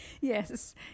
Yes